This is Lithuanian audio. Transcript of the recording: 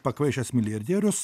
pakvaišęs milijardierius